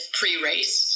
pre-race